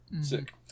Sick